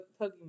Pokemon